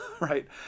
right